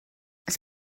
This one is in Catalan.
els